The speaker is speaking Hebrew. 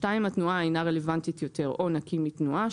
התנועה אינה רלוונטית יותר או נקי מתנועה.